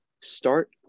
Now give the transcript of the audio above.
Start